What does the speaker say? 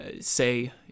say